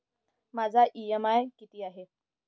माझा इ.एम.आय किती आहे?